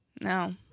No